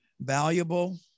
valuable